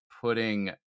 putting